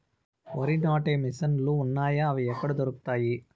వరి నాటే మిషన్ ను లు వున్నాయా? అవి ఎక్కడ దొరుకుతాయి?